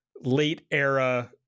late-era